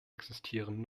existieren